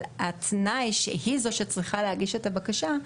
אבל התנאי שהיא זאת שצריכה להגיש את הבקשה,